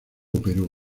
operó